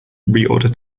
reorder